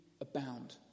abound